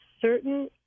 certain